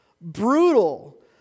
brutal